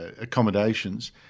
accommodations